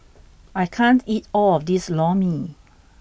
I can't eat all of this Lor Mee